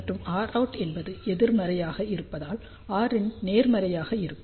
மற்றும் Rout என்பது எதிர்மறையாக இருப்பதால் Rin நேர்மறையாக இருக்கும்